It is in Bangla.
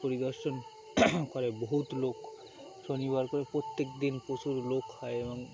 পরিদর্শন করে বহুত লোক শনিবার করে প্রত্যেক দিন প্রচুর লোক খায় এবং